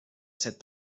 set